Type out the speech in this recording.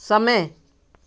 समय